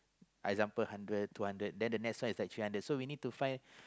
example hundred two hundred then the next one is like three hundred so we need to find